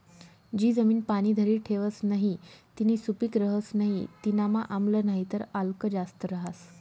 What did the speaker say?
जी जमीन पाणी धरी ठेवस नही तीनी सुपीक रहस नाही तीनामा आम्ल नाहीतर आल्क जास्त रहास